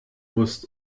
muss